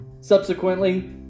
subsequently